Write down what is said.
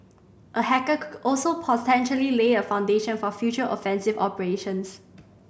a hacker could also potentially lay a foundation for future offensive operations